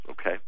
okay